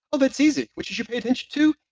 well, that's easy. what you should pay attention to?